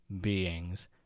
beings